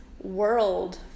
world